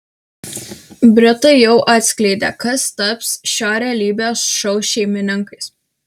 britai jau atskleidė kas taps šio realybės šou šeimininkais